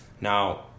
Now